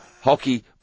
Hockey